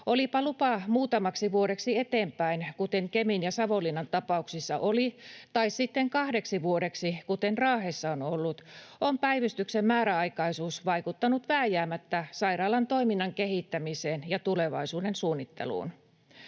Olipa lupa muutamaksi vuodeksi eteenpäin, kuten Kemin ja Savonlinnan tapauksissa oli, tai sitten kahdeksi vuodeksi, kuten Raahessa on ollut, on päivystyksen määräaikaisuus vaikuttanut vääjäämättä sairaalan toiminnan kehittämiseen ja tulevaisuuden suunnitteluun.